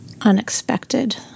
unexpected